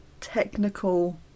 Technical